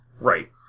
Right